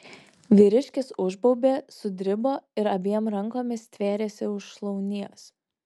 vyriškis užbaubė sudribo ir abiem rankomis stvėrėsi už šlaunies